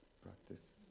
practice